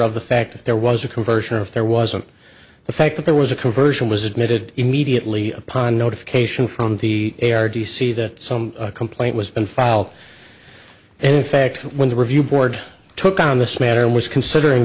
of the fact that there was a conversion or if there wasn't the fact that there was a conversion was admitted immediately upon notification from the air d c that some complaint was been filed and in fact when the review board took on this matter and was considering